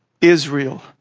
Israel